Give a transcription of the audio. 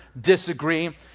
disagree